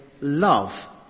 love